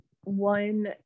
one